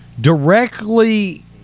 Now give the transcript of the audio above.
directly